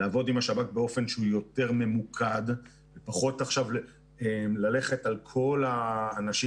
לעבוד עם השב"כ באופן יותר ממוקד ופחות עכשיו ללכת על כל האנשים.